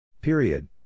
Period